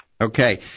Okay